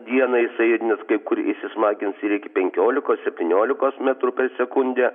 dieną jisai ir net kai kur įsismagins ir iki penkiolikos septyniolikos metrų per sekundę